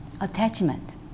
attachment